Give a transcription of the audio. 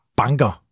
banker